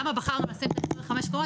למה בחרנו לשים את ה-25 קומות?